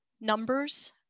numbers